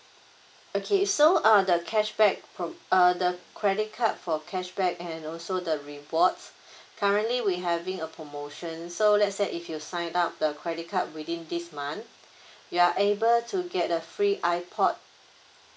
okay so uh the cashback pro~ uh the credit card for cashback and also the rewards currently we having a promotion so let's say if you sign up the credit card within this month you are able to get a free ipod